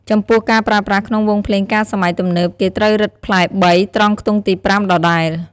ចំពោះការប្រើប្រាស់ក្នុងវង់ភ្លេងការសម័យទំនើប គេត្រូវរឹតផ្លែ៣ ត្រង់ខ្ទង់ទី៥ ដដែល។